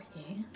okay